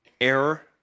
error